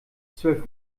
zwölf